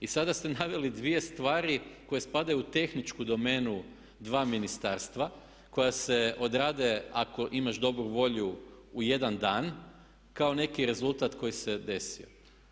I sada ste naveli dvije stvari koje spadaju u tehničku domenu dva ministarstva koja se odrade ako imaš dobru volju u jedan dan kao neki rezultat koji se desio.